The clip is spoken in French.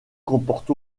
comporte